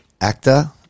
actor